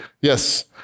yes